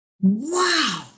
Wow